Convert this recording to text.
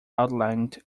outlined